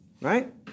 Right